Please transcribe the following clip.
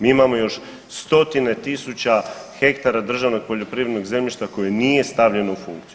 Mi imamo još stotine tisuća hektara državnog poljoprivrednog zemljišta koje nije stavljeno u funkciju.